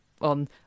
on